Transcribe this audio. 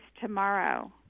tomorrow